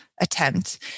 attempt